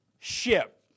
ship